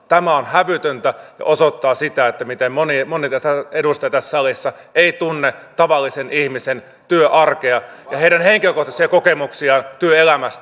tämä on hävytöntä ja osoittaa sitä miten moni edustaja tässä salissa ei tunne tavallisen ihmisen työarkea ja heidän henkilökohtaisia kokemuksiaan työelämästä